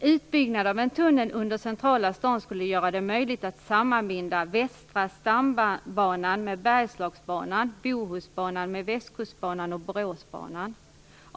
Utbyggnad av en tunnel under den centrala staden skulle göra det möjligt att sammanbinda västra stambanan med Bergslagsbanan samt Bohusbanan med Västkustbanan och Boråsbanan.